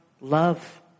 love